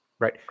Right